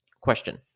Question